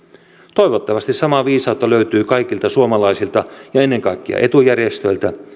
toivottavasti samaa viisautta löytyy kaikilta suomalaisilta ja ennen kaikkea etujärjestöiltä